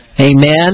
amen